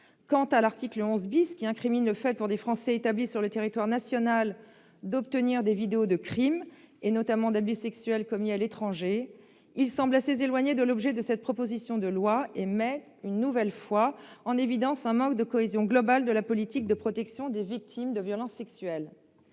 Quant à l'article 11, qui incrimine le fait, pour des Français établis sur le territoire national, d'obtenir des vidéos de crimes, notamment d'abus sexuels, commis à l'étranger, il semble assez éloigné de l'objet de cette proposition de loi et met une nouvelle fois en évidence un manque de cohésion globale de la politique de protection des victimes de violences sexuelles.